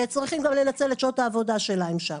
שצריכים גם לנצל את שעות העבודה שלהם שם.